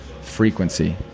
frequency